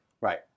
Right